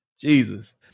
Jesus